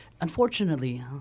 Unfortunately